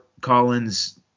Collins